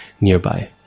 nearby